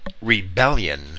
rebellion